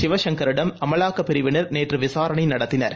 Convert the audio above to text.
சிவசங்கரிடம் அமலாக்கப் பிரிவினர் நேற்றுவிசாரணைநடத்தினர்